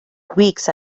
weeks